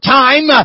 time